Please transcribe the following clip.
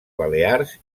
balears